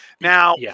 Now